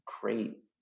great